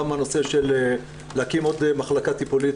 גם הנושא של להקים עוד מחלקה טיפולית